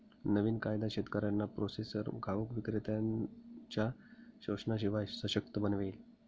नवीन कायदा शेतकऱ्यांना प्रोसेसर घाऊक विक्रेत्त्यांनच्या शोषणाशिवाय सशक्त बनवेल